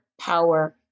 power